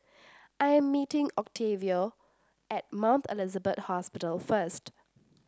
I am meeting Octavio at Mount Elizabeth Hospital first